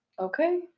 Okay